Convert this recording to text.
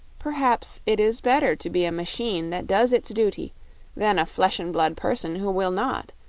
perhaps it is better to be a machine that does its duty than a flesh-and-blood person who will not,